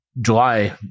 July